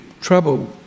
trouble